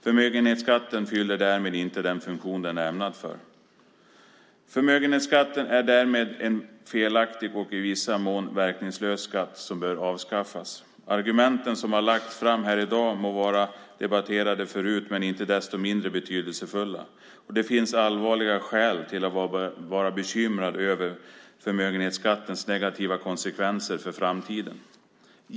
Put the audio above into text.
Förmögenhetsskatten fyller därmed inte den funktion den är ämnad att fylla. Förmögenhetsskatten är därmed en felaktig och i viss mån verkningslös skatt som bör avskaffas. Argumenten som har lagts fram här i dag må vara debatterade förut, men de är inte desto mindre betydelsefulla. Det finns allvarliga skäl att vara bekymrad över förmögenhetsskattens negativa konsekvenser för framtiden.